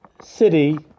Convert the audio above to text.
city